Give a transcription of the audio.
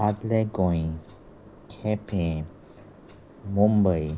आदलें गोंय केपें मुंबय